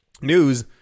news